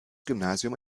gymnasium